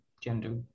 gender